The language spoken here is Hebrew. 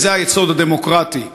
וזה היסוד הדמוקרטי,